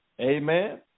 Amen